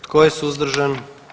Tko je suzdržan?